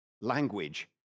language